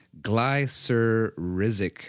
glycerizic